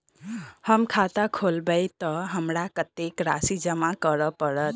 हम खाता खोलेबै तऽ हमरा कत्तेक राशि जमा करऽ पड़त?